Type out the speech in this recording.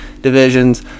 divisions